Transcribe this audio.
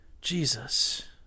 Jesus